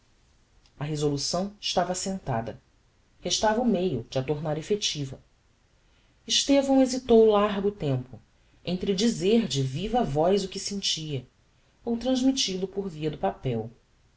a resolução estava essentada restava o meio de a tornar affectiva estevão hesitou largo tempo entre dizer de viva voz o que sentia ou transmittil o por via do papel